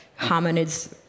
hominids